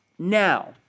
Now